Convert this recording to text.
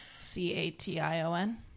c-a-t-i-o-n